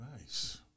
Nice